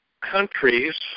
countries